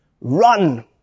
Run